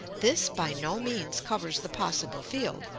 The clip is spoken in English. this by no means covers the possible field.